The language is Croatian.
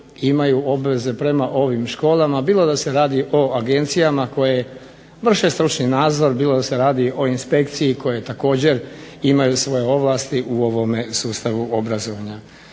imaju obveze prema ovim školama bilo da se radi o agencijama koje vrše stručni nadzor, bilo da se radi o inspekciji koje također imaju svoje ovlasti u ovome sustavu obrazovanja.